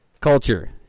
culture